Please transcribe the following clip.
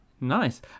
Nice